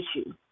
issue